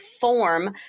form